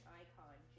icon